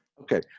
Okay